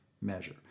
measure